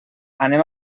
anem